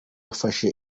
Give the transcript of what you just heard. afashe